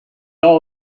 all